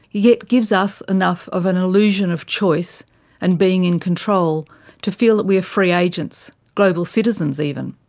yet gives us enough of an illusion of choice and being in control to feel that we are free agents, global citizens even.